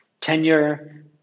tenure